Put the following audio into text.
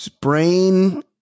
Brain